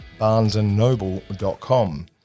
BarnesandNoble.com